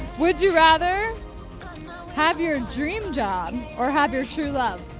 would you rather have your dream job or have your true love?